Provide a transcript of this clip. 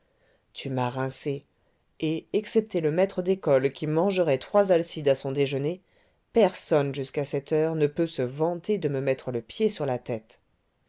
tu m'as rincé et excepté le maître d'école qui mangerait trois alcides à son déjeuner personne jusqu'à cette heure ne peut se vanter de me mettre le pied sur la tête